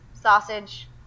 sausage